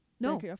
No